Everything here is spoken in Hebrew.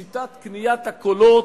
שיטת קניית הקולות,